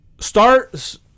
Start